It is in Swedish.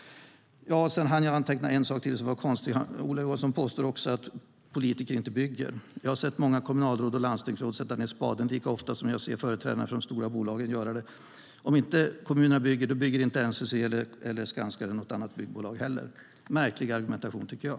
Jag hann anteckna en sak till som var konstig. Ola Johansson påstår också att politiker inte bygger, men jag har sett många kommunalråd och landstingsråd sätta ned spaden - lika ofta som jag ser företrädarna för de stora bolagen göra det. Om inte kommunerna bygger så bygger inte NCC, Skanska eller något annat byggbolag heller, så det var en märklig argumentation, tycker jag.